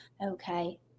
Okay